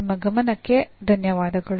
ನಿಮ್ಮ ಗಮನಕ್ಕೆ ಧನ್ಯವಾದಗಳು